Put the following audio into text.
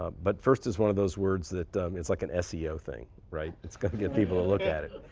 but first is one of those words that it's like an seo thing, right? it's going to get people to look at it.